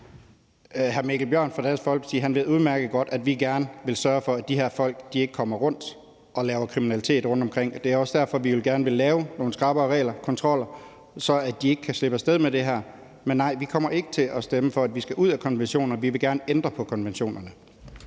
fra Dansk Folkeparti ved udmærket godt, at vi gerne vil sørge for, at de her folk ikke kommer rundt og laver kriminalitet rundtomkring. Det er også derfor, vi gerne vil lave nogle skrappere regler og kontroller, så de ikke kan slippe af sted med det. Men nej, vi kommer ikke til at stemme for, at vi skal ud af konventioner; vi vil gerne ændre konventionerne.